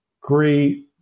great